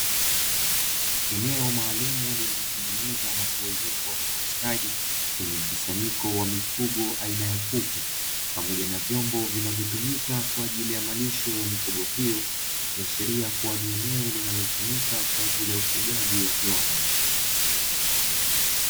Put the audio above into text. Eneo maalumu liliotengenezwa na kuezekwa kwa ustadi, lenye mkusanyiko wa mifugo aina ya kuku pamoja na vyombo vinavyotumika kwa ajili ya malisho ya mifugo hio, ikiashiria kuwa ni eneo linalotumika kwa ajili ya ufugaji wa viwanda.